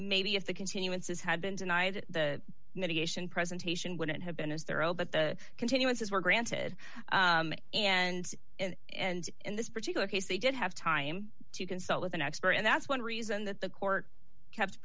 maybe if the continuances had been denied the mitigation presentation wouldn't have been as their own but the continuances were granted and in and in this particular case they did have time to consult with an expert and that's one reason that the court kept